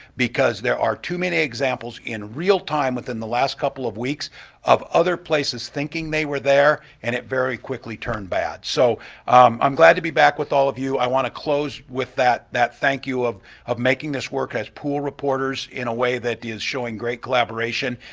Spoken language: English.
because there are too many examples in realtime within the last couple of weeks of other places thinking they were there around and it very quickly turned bad. so i'm glad to be back with all of you. i want to close with that that thank you of of making this work as pool reporters in a way that is showing great collaboration,